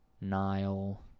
Nile